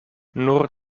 nur